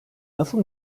nasıl